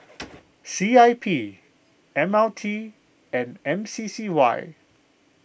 C I P M R T and M C C Y